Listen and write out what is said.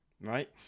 right